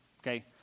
Okay